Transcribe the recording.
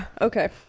Okay